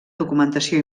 documentació